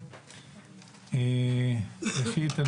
ראשית,